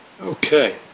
Okay